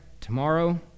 tomorrow